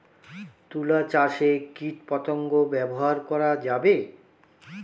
তুলা চাষে কীটপতঙ্গ ব্যবহার করা যাবে?